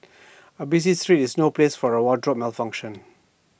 A busy street is no place for A wardrobe malfunction